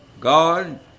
God